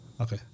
Okay